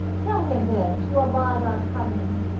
tell him, then, to abide our coming.